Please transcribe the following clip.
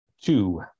Two